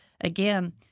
again